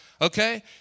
Okay